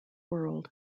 world